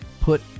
put